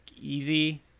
easy